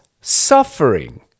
suffering